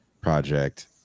project